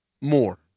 more